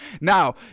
Now